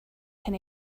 can